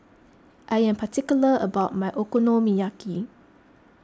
I am particular about my Okonomiyaki